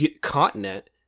continent